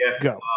go